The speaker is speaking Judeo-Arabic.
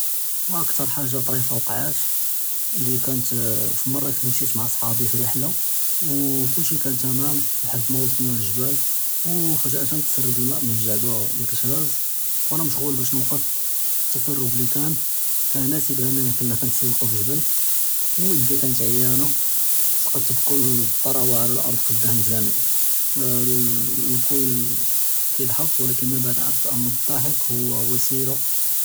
אכּתר חאגה דריפה וקעת לי כאנת פמרה משית מע צחאבי פראהלה לי כאן כלשי תמאם לחד מא וצולנא לג'באל ופג'אה תסרב אלמא מן לג'בעה לי האז ואנא משע'ול נוקף לתסרב לי כאן הנא כנא כנצלּקה פאלג'בל וידי כאנת עיאנה סכּת בּכל טראווה עלא לארד אמאם לג'מיע הנא אלכּול כאן ידחכּ ולכּן מבּעד ערפת אן דחכּ הוא וסילה.